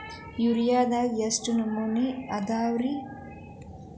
ಯೂರಿಯಾದಾಗ ಎಷ್ಟ ನಮೂನಿ ಅದಾವ್ರೇ?